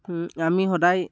আমি সদায়